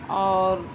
اور